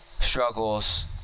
struggles